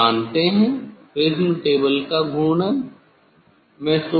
आप जानते हैं प्रिज़्म टेबल का घूर्णन